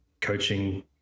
coaching